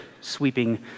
sweeping